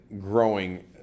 growing